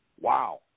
wow